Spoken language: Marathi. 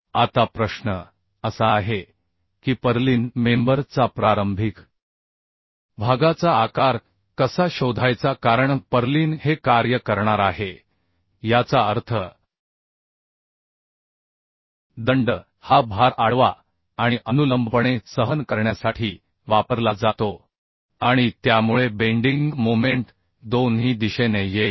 आता प्रश्न असा आहे की पर्लिन मेंबर चा प्रारंभिक भागाचा आकार कसा शोधायचा कारण पर्लिन हे कार्य करणार आहे याचा अर्थ दंड हा भार आडवा आणि अनुलंबपणे सहन करण्यासाठी वापरला जातो आणि त्यामुळे बेंडिंग मोमेंट दोन्ही दिशेने येईल